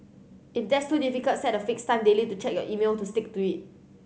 if that's too difficult set a fixed time daily to check your email to stick to it